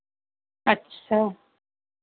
अच्छा